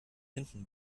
hinten